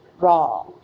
raw